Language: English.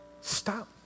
stop